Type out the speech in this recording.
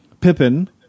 Pippin